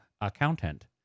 accountant